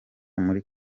muri